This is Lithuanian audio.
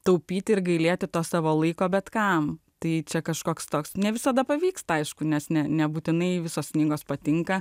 taupyti ir gailėti to savo laiko bet kam tai čia kažkoks toks ne visada pavyks aišku nes ne nebūtinai visos knygos patinka